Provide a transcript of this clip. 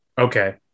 okay